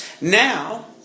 now